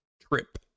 trip